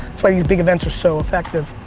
that's why these big events are so effective.